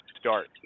start